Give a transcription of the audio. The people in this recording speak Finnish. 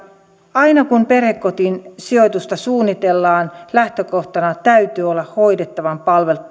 aina kun perhekotiin sijoitusta suunnitellaan lähtökohtana täytyy olla hoidettavan